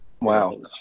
Wow